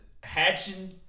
hatching